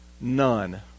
None